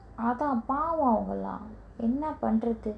அதா பாவோ அவங்கல்லா என்ன பன்ரது:athaa paavo avangalla enna panrathu